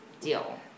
deal